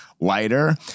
lighter